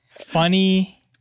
funny